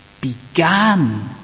began